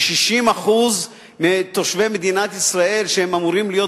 ש-60% מתושבי מדינת ישראל שהם אמורים להיות